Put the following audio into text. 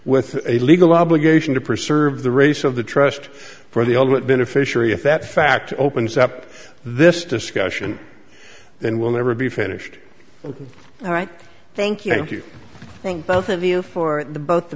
with a legal obligation to preserve the race of the trust for the ultimate beneficiary if that fact opens up this discussion and will never be finished all right thank you thank both of you for the both the